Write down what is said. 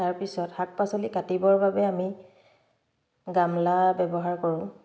তাৰপিছত শাক পাচলি কাটিবৰ বাবে আমি গামলা ব্যৱহাৰ কৰোঁ